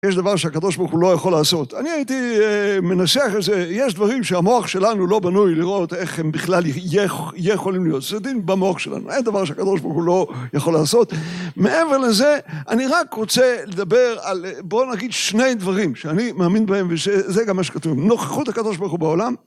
יש דבר שהקדוש ברוך הוא לא יכול לעשות. אני הייתי מנסח את זה, יש דברים שהמוח שלנו לא בנוי לראות איך הם בכלל יכולים להיות, זה דין במוח שלנו, אין דבר שהקדוש ברוך הוא לא יכול לעשות. מעבר לזה, אני רק רוצה לדבר על, בואו נגיד, שני דברים שאני מאמין בהם ושזה גם מה שכתוב. נוכחות הקדוש ברוך הוא בעולם.